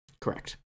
Correct